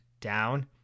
down